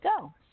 go